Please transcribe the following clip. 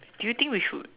do you think we should